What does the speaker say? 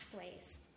pathways